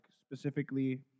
specifically